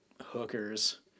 hookers